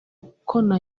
kona